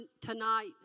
tonight